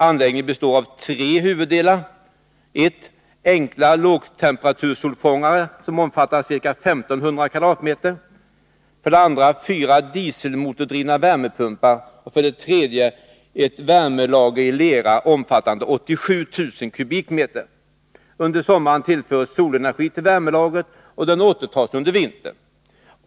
Anläggningen består av tre huvuddelar: Under sommaren tillförs solenergi till värmelagret, och den återtas under vintern.